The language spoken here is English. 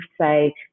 say